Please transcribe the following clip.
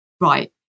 right